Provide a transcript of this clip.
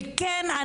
וכן,